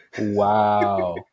Wow